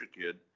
kid